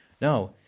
No